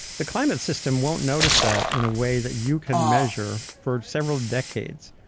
the climate system won't notice that in a way that you can measure, for several decades.